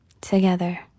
together